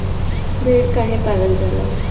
भेड़ काहे पालल जाला?